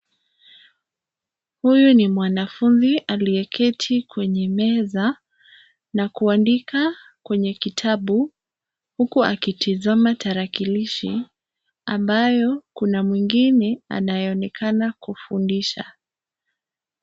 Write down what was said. Huyu ni mwanafunzi aliyeketi kwenye meza, na kuandika, kwenye kitabu, huku akitizama tarakilishi, ambayo, kuna mwingine anayeonekana kufundisha.